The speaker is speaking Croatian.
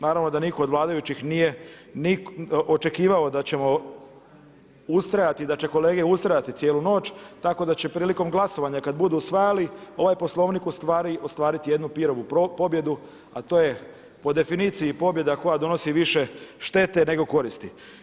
Naravno da nitko od vladajućih nije ni očekivao da ćemo ustrajati, da će kolege ustrajati cijelu noć, tako da će prilikom glasovanja kad budu usvajali ovaj Poslovnik, u stvari ostvariti jednu Pirovu pobjedu, a to je po definiciji pobjeda koja donosi više štete nego koristi.